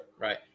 Right